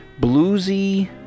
bluesy